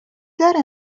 داره